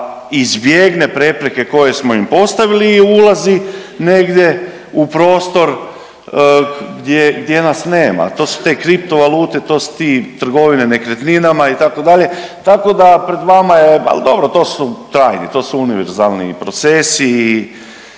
da izbjegne prepreke koje smo im postavili i ulazi negdje u prostor gdje nas nema. To su te kripto valute, to su te trgovine nekretninama itd. Tako da pred vama je, ali dobro to su trajni, to su univerzalni procesi i